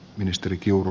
ministeri kiuru